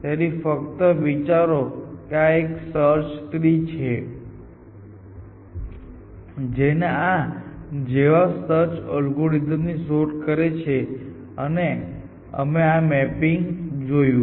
તેથી ફક્ત વિચારો કે આ એક સર્ચ ટ્રી છે જે આના જેવા સર્ચ એલ્ગોરિધમ ની શોધ કરે છે અને અમે આ મેપિંગ જોયું